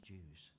Jews